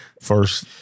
first